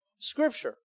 Scripture